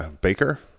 Baker